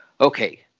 Okay